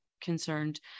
concerned